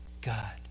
God